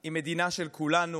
היא מדינה של כולנו.